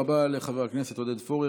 תודה רבה לחבר הכנסת עודד פורר.